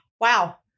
Wow